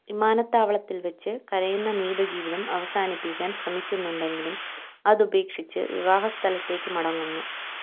വിമാനത്താവളത്തിൽവെച്ച് കരയുന്ന മീത ജീവിതം അവസാനിപ്പിക്കാൻ ശ്രമിക്കുന്നുണ്ടെങ്കിലും അതുപേക്ഷിച്ച് വിവാഹ സ്ഥലത്തേക്ക് മടങ്ങുന്നു